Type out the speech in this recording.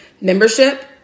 membership